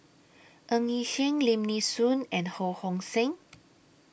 Ng Yi Sheng Lim Nee Soon and Ho Hong Sing